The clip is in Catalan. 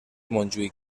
montjuïc